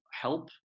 help